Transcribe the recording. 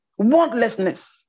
Wantlessness